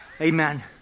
Amen